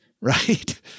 right